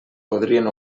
podrien